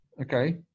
okay